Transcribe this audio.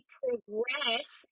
progress